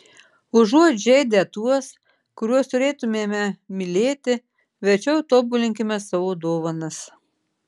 užuot žeidę tuos kuriuos turėtumėme mylėti verčiau tobulinkime savo dovanas